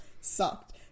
sucked